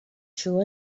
true